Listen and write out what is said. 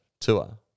Tour